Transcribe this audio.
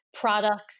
products